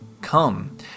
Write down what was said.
Come